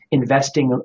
investing